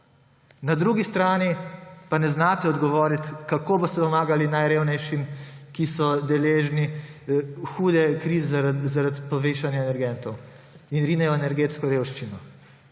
Na drugi strani pa ne znate odgovoriti, kako boste pomagali najrevnejšim, ki so deležni hude krize zaradi povišanja energentov in rinejo energetsko revščino.